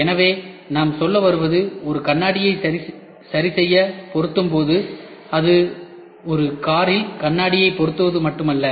எனவே நாம் சொல்ல வருவது ஒரு கண்ணாடியை சரிசெய்ய பொருத்தும்போது அது ஒரு காரில் கண்ணாடியை பொருத்துவது மட்டுமல்ல